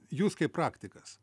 jūs kaip praktikas